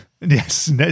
Yes